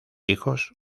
hijos